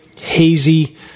hazy